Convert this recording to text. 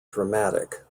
dramatic